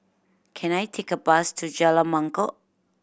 can I take a bus to Jalan Mangkok